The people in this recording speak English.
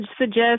suggest